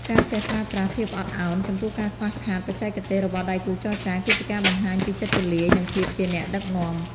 ការចេះប្រើប្រាស់ "ភាពអត់ឱន" ចំពោះការខ្វះខាតបច្ចេកទេសរបស់ដៃគូចរចា គឺជាការបង្ហាញពីចិត្តទូលាយ និងភាពជាអ្នកដឹកនាំ។